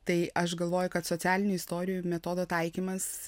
tai aš galvoju kad socialinių istorijų metodo taikymas